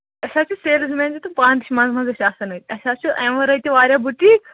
اسہِ حظ چھِ سیٚلٕز میٚن تہٕ پانہٕ چھِ منٛزٕ مَنٛزٕ چھِ آسان أتۍ اَسہِ حظ چھُ امہِ وَرٲے تہِ واریاہ بیٛوٗٹیک